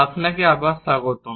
আপনাকে আবার স্বাগতম